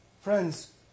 Friends